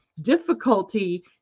difficulty